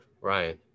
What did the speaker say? Ryan